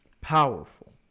Powerful